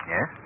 Yes